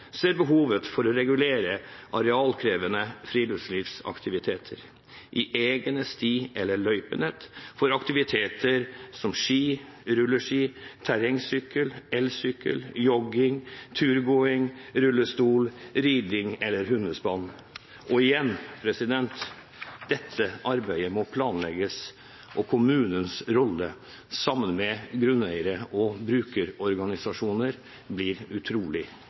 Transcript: ser behovet for å regulere arealkrevende friluftslivsaktiviteter i egne sti- eller løypenett for aktiviteter som ski, rulleski, terrengsykkel, elsykkel, jogging, turgåing, rullestol, riding eller hundespann. Og igjen: Dette arbeidet må planlegges, og kommunens rolle, sammen med grunneiere og brukerorganisasjoner, blir utrolig